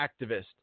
activist